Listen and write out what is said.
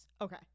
Okay